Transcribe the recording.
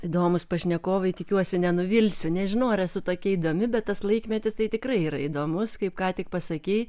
įdomūs pašnekovai tikiuosi nenuvilsiu nežinau ar esu tokia įdomi bet tas laikmetis tai tikrai yra įdomus kaip ką tik pasakei